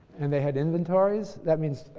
and they had inventories. that means,